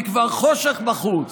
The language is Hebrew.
כי כבר חושך בחוץ,